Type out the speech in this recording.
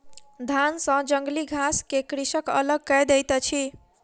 धान सॅ जंगली घास के कृषक अलग कय दैत अछि